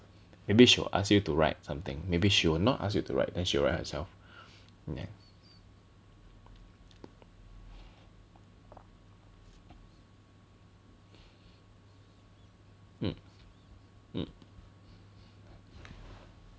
maybe she will ask you to write something maybe she will not ask you to write then she will write herself yeah mm mm